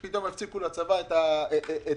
פתאום הפסיקו לצבא את הסיוע.